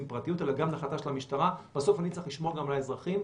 פרטיות אלא גם החלטה של המשטרה ובסוף אני צריך לשמור גם על האזרחים,